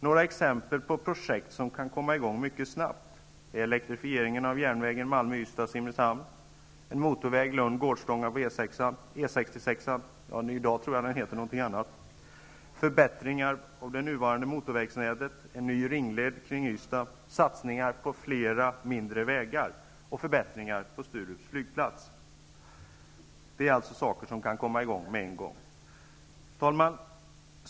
Några exempel på projekt som kan komma i gång mycket snabbt är elektrifieringen av järnvägen Malmö--Ystad-- 66, fr.o.m. i dag tror jag att den heter något annat, förbättringar av det nuvarande motorvägsnätet, en ny ringled kring Ystad, satsningar på flera mindre vägar och förbättringar på Sturups flygplats. Det är alltså saker som kan komma i gång på en gång. Herr talman!